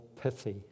pithy